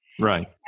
Right